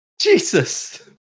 Jesus